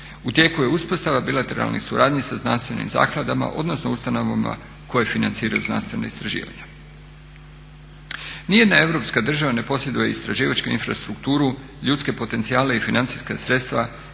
U tijeku je uspostava bilateralne suradnje sa znanstvenim zakladama odnosno ustanovama koje financiraju znanstvena istraživanja. Nijedna europska država ne posjeduje istraživačku infrastrukturu, ljudske potencijale i financijska sredstva